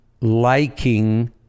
liking